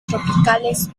tropicales